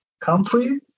country